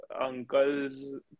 uncles